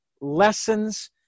lessons